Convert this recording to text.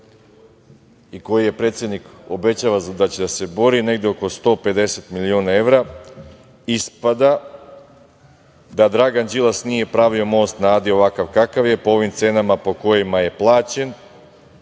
i koji predsednik obećava da će da se bori negde oko 150 miliona evra, ispada – da Dragan Đilas nije pravio Most na Adi, ovakav kakav je, po ovim cenama po kojima je plaćen,